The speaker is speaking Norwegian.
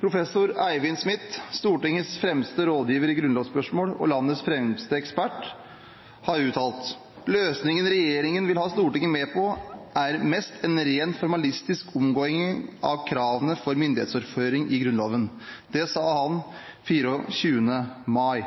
Professor Eivind Smith, Stortingets fremste rådgiver i grunnlovsspørsmål og landets fremste ekspert, har uttalt: «Løsningen regjeringen ønsker å få Stortinget med på, er mest en rent formalistisk omgåing av kravene til myndighetsoverføring i Grunnloven.» Det sa han den 24. mai.